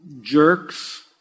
jerks